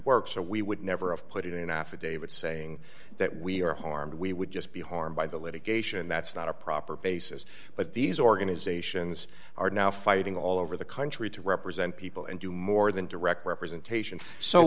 work so we would never of put it in an affidavit saying that we are harmed we would just be harmed by the litigation that's not a proper basis but these organisations are now fighting all over the country to represent people and do more than direct representation so